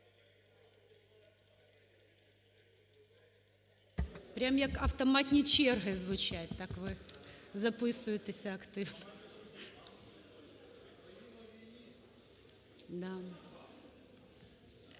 Прямо, як автоматні черги звучать, так ви записуєтесь активно.